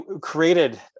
created